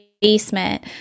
basement